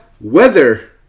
Weather